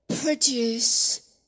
produce